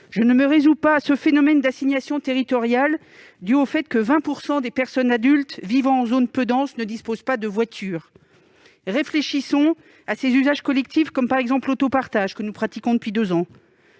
Je ne me résous pas au phénomène d'assignation territoriale dû au fait que 20 % des personnes adultes vivant en zone peu dense ne disposent pas de voiture ! Réfléchissons à ses usages collectifs, comme l'autopartage, que nous pratiquons depuis deux ans.